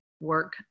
work